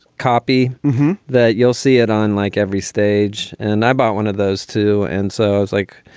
copy that. you'll see it on like every stage. and i bought one of those, too. and so i was like.